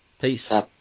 peace